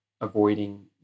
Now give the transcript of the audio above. avoiding